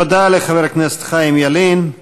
תודה לחבר הכנסת חיים ילין.